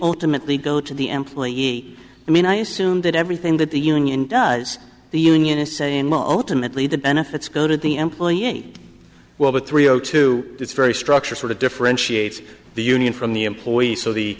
automatically go to the employee i mean i assume that everything that the union does the union is saying moten at least the benefits go to the employee well the three o two it's very structure sort of differentiates the union from the employees so the